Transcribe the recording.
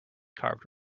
carved